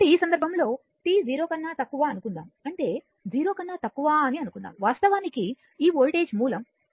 కాబట్టి ఈ సందర్భంలో t0 కన్నా తక్కువ అనుకుందాం అంటే 0 కన్నా తక్కువ అని అనుకుందాం వాస్తవానికి ఈ వోల్టేజ్ మూలం 0